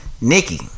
Nikki